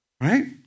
Right